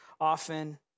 often